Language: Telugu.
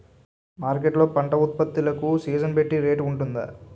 మార్కెట్ లొ పంట ఉత్పత్తి లకు సీజన్ బట్టి రేట్ వుంటుందా?